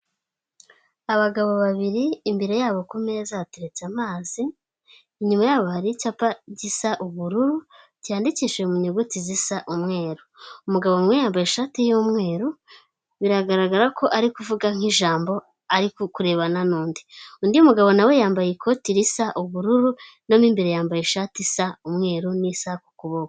Abagabo babiri imbere yabo ku meza hateretse amazi inyuma yabo hari icyapa gisa ubururu cyanyandikishije mu nyuguti zisa umweru, umugabo umwe yambaye ishati y'umweru biragaragara ko ari kuvuga nk'ijambo ari kurebana n'undi. Undi mugabo nawe yambaye ikoti risa ubururu imbere yambaye ishati isa umweru n'isaha ku kuboko.